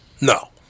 No